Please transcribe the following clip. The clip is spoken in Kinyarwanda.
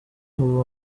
ubu